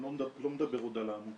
אני לא מדבר עוד על העמותה.